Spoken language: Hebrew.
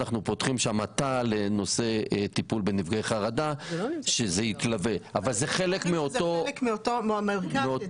אנחנו פותחים שם מקום לנפגעי חרדה שהוא יתווה אבל זה חלק מאותו מרכז.